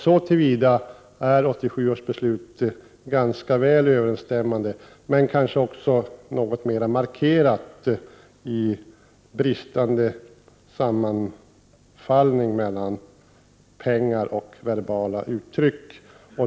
Så till vida är 1987 års beslut ganska väl överensstämmande, men kanske också något mera markerat av bristande samstämmighet mellan pengar och verbala uttryck.